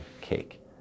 cake